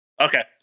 Okay